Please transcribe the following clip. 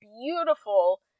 beautiful